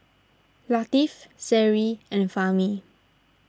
Latif Seri and Fahmi